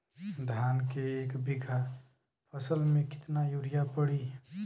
धान के एक बिघा फसल मे कितना यूरिया पड़ी?